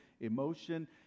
emotion